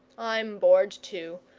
i'm bored, too.